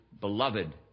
beloved